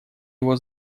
его